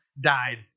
died